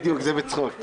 בדיוק, זה היה בצחוק.